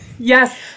Yes